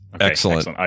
Excellent